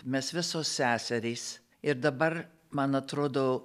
mes visos seserys ir dabar man atrodo